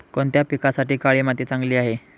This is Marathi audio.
कोणत्या पिकासाठी काळी माती चांगली आहे?